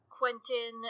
Quentin